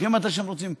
הולכים מתי שהם רוצים.